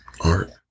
Art